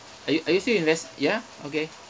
are you are you still invest~ ya okay